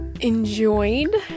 enjoyed